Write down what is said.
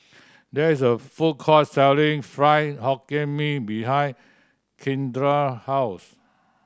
there is a food court selling Fried Hokkien Mee behind Kindra house